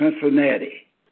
Cincinnati